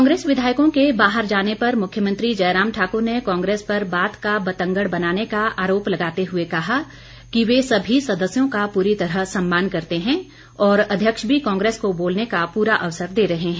कांग्रेस विधायकों के बाहर जाने पर मुख्यमंत्री जयराम ठाकुर ने कांग्रेस पर बात का बतंगड़ बनाने का आरोप लगाते हुए कहा कि वे सभी सदस्यों का पूरी तरह सम्मान करते हैं और अध्यक्ष भी कांग्रेस को बोलने का पूरा अवसर दे रहे हैं